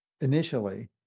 initially